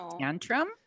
tantrum